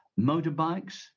motorbikes